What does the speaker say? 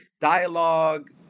dialogue